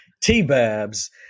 T-Babs